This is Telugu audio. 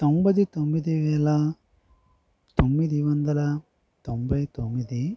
తొంభై తొమ్మిది వేల తొమ్మిది వందల తొంభై తొమ్మిది